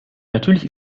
natürlich